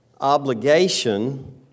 obligation